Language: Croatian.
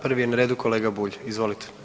Prvi je na redu kolega Bulj, izvolite.